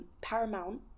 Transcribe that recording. Paramount